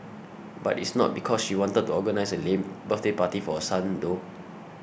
but it's not because she wanted to organise a lame birthday party for her son though